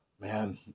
man